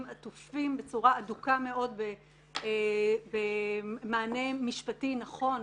תופסים בצורה הדוקה מאוד במענה משפטי נכון.